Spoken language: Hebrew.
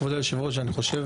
כבוד היושב ראש, אני חושב